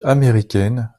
américaine